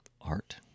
art